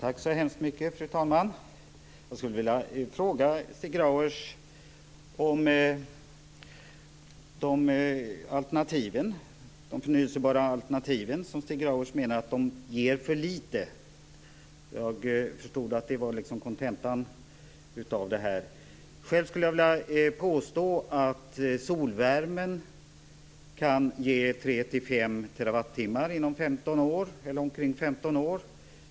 Fru talman! Jag skulle vilja fråga Stig Grauers om de förnyelsebara alternativen, som Stig Grauers menar ger för litet. Jag förstod att det var kontentan av det som han sade. Själv skulle jag vilja påstå att solvärme kan ge 3-5 terawattimmar inom omkring 15 år.